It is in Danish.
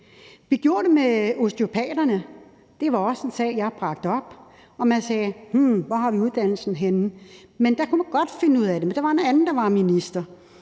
Vi gjorde det med osteopaterne. Det var også en sag, jeg bragte op, hvor man sagde: Hvor har vi uddannelsen henne? Der kunne man godt finde ud af det, men der var en anden, der var minister